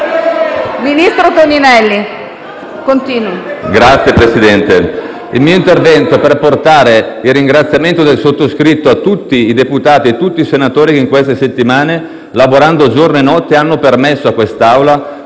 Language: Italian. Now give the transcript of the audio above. Ministro Toninelli, continui.